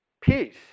peace